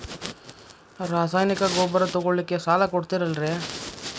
ರಾಸಾಯನಿಕ ಗೊಬ್ಬರ ತಗೊಳ್ಳಿಕ್ಕೆ ಸಾಲ ಕೊಡ್ತೇರಲ್ರೇ?